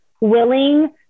willing